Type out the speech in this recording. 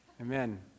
Amen